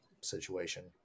situation